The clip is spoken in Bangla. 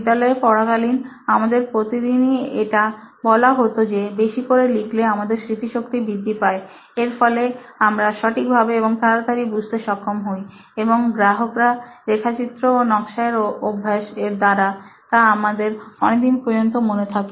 বিদ্যালয়ের পড়াকালীন আমাদের প্রতিদিনই এটা বলা হতো যে বেশি করে লিখলে আমাদের স্মৃতি শক্তি বৃদ্ধি পায় এর ফলে আমরা সঠিকভাবে এবং তাড়াতাড়ি বুঝতে সক্ষম হই এবং গ্রাহকরা রেখাচিত্র ও নকশা এর অভ্যাস এর দ্বারা তা আমাদের অনেকদিন পর্যন্ত মনে থাকে